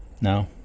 No